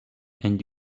and